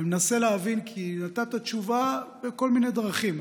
אני מנסה להבין, כי נתת תשובה בכל מיני דרכים.